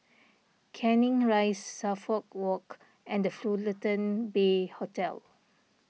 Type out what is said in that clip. Canning Rise Suffolk Walk and the Fullerton Bay Hotel